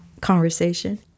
conversation